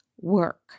Work